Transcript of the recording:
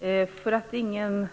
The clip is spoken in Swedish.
Fru talman! För att ingen